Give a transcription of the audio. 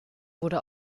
wurde